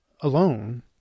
alone